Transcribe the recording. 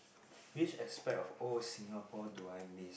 which aspect of old Singapore do I miss